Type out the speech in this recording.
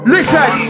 Listen